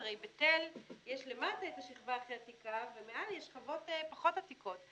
הרי בתל יש למטה איזו שכבה הכי עתיקה ומעל יש שכבות פחות עתיקות.